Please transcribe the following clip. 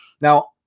Now